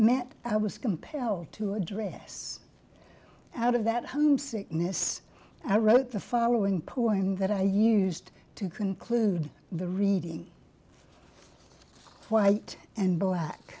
met i was compelled to address out of that one sickness i wrote the following poem that i used to conclude the reading white and black